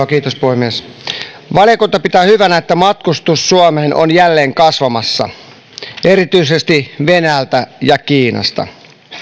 kiitos puhemies valiokunta pitää hyvänä että matkustus suomeen on jälleen kasvamassa erityisesti venäjältä ja kiinasta